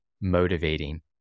motivating